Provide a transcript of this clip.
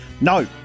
No